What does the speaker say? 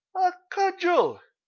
a cudgel!